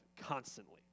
constantly